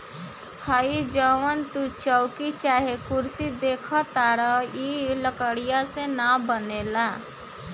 हइ जवन तू चउकी चाहे कुर्सी देखताड़ऽ इ लकड़ीये से न बनेला